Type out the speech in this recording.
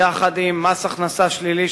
יחד עם מס הכנסה שלילי,